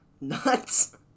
Nuts